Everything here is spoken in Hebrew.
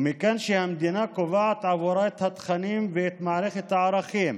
ומכאן שהמדינה קובעת עבורה את התכנים ואת מערכת הערכים,